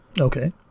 Okay